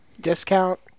discount